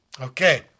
Okay